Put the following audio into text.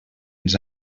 ens